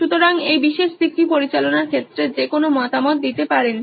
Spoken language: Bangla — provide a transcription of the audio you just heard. সুতরাং এই বিশেষ দিকটি পরিচালনার ক্ষেত্রে যেকোনো মতামত দিতে পারো